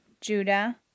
Judah